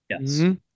Yes